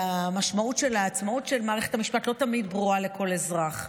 והמשמעות של העצמאות של מערכת המשפט לא תמיד ברורה לכל אזרח.